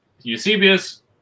Eusebius